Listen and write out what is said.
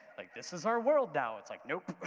like this is our world now. it's like, nope,